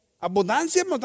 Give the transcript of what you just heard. Abundancia